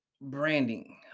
branding